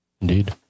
Indeed